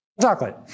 chocolate